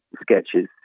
sketches